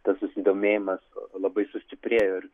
tas susidomėjimas labai sustiprėjo ir